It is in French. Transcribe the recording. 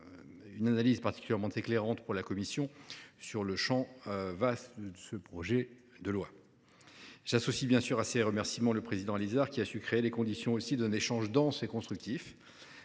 un travail particulièrement éclairant sur le vaste champ de ce projet de loi. J’associe bien sûr à ces remerciements le président Allizard, qui a su créer les conditions d’un échange dense et constructif,